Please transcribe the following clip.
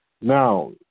now